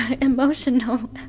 emotional